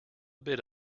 bit